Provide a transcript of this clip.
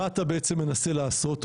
מה אתה בעצם מנסה לעשות?